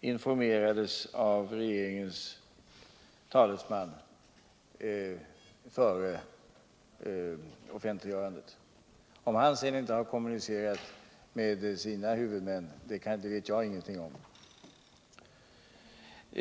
informerades av regeringens talesman före offentliggörandet. Om han sedan inte har kommunicerat med sina huvudmän vet jag inte.